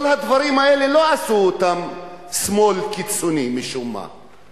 כל הדברים האלה לא עשו אותם שמאל קיצוני משום מה.